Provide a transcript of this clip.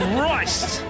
Christ